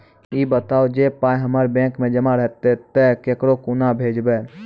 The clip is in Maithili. ई बताऊ जे पाय हमर बैंक मे जमा रहतै तऽ ककरो कूना भेजबै?